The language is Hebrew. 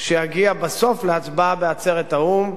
שיגיע בסוף להצבעה בעצרת האו"ם.